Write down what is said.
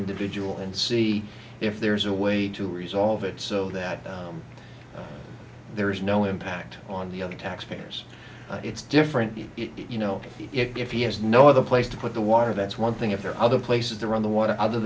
individual and see if there's a way to resolve it so that there is no impact on the other taxpayers it's different you know if he has no other place to put the water that's one thing if there are other places around the want other